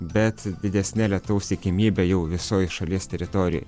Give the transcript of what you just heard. bet didesne lietaus tikimybe jau visoj šalies teritorijoj